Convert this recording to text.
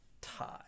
tie